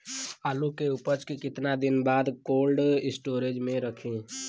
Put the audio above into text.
आलू के उपज के कितना दिन बाद कोल्ड स्टोरेज मे रखी?